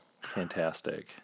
fantastic